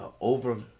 over